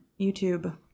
YouTube